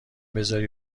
بزاری